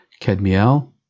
kedmiel